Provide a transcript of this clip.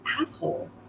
Asshole